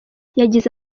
yagize